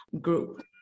group